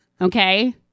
Okay